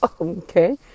Okay